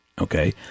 Okay